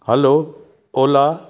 hello ola